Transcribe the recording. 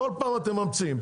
כל פעם אתם ממציאים,